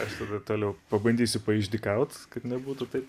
aš tada toliau pabandysiu paišdykaut kad nebūtų taip